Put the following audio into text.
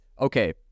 okay